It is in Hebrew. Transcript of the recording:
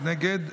נגד.